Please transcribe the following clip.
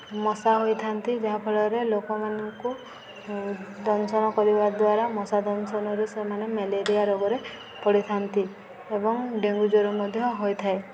ମଶା ହୋଇଥାନ୍ତି ଯାହା ଫଳରେ ଲୋକମାନଙ୍କୁ ଦଂଶନ କରିବା ଦ୍ୱାରା ମଶା ଦଂଶନରେ ସେମାନେ ମ୍ୟାଲେରିଆ ରୋଗରେ ପଡ଼ିଥାନ୍ତି ଏବଂ ଡେଙ୍ଗୁ ଜ୍ଵର ମଧ୍ୟ ହୋଇଥାଏ